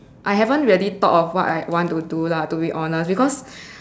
I haven't really thought of what I want want to do lah to be honest because